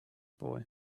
boy